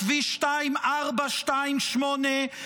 לכביש 2428,